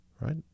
Right